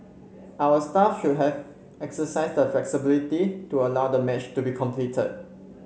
our staff should have exercised flexibility to allow the match to be completed